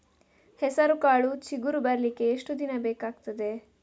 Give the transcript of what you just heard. ಹೆಸರುಕಾಳು ಚಿಗುರು ಬರ್ಲಿಕ್ಕೆ ಎಷ್ಟು ದಿನ ಬೇಕಗ್ತಾದೆ?